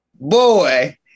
boy